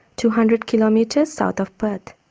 two hundred kilometres south of perth.